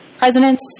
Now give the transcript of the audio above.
presidents